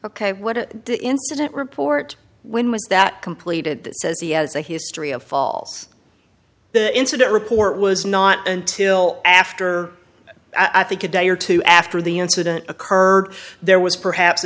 ok what the incident report when was that completed that says he has a history of falls the incident report was not until after i think a day or two after the incident occurred there was perhaps